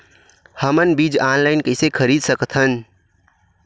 हमन बीजा ऑनलाइन कइसे खरीद सकथन?